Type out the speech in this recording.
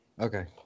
Okay